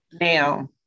Now